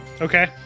Okay